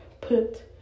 put